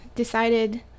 decided